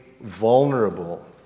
vulnerable